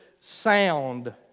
sound